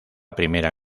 primera